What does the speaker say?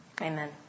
amen